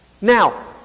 Now